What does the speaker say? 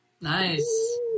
Nice